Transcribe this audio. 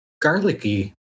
garlicky